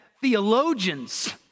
theologians